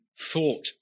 thought